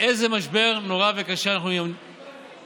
באיזה משבר נורא וקשה אנחנו עומדים.